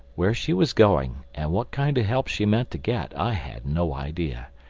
where she was going and what kind of help she meant to get, i had no idea.